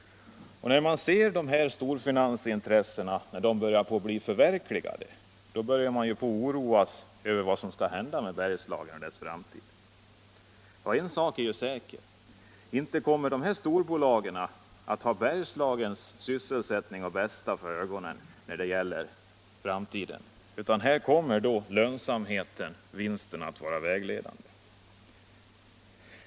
När man ser att dessa storfinansintressen börjar bli förverkligade oroar man sig för vad som skall hända med Bergslagen i framtiden. En sak är säker — inte kommer dessa storbolag att ha Bergslagens bästa och dess sysselsättning för ögonen när det gäller framtiden. Här kommer lönsamheten, vinsten, att vara vägledande.